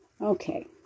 okay